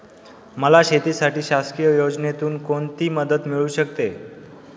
मला शेतीसाठी शासकीय योजनेतून कोणतीमदत मिळू शकते?